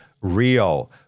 Rio